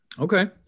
Okay